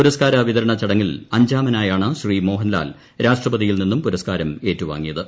പുരസ്കാര വിതരണ ചടങ്ങിൽ അ ഞ്ചാമനായാണ് ശ്രീ മോഹൻലാൽ രാഷ്ട്രപതിയിൽ നിന്നും പുരസ്കാരം ഏറ്റുവാങ്ങിയത്